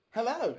Hello